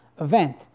event